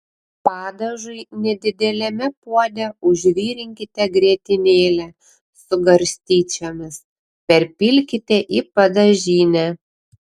padažui nedideliame puode užvirinkite grietinėlę su garstyčiomis perpilkite į padažinę